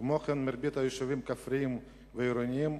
כמו כן, מרבית היישובים הכפריים והעירוניים,